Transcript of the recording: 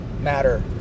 matter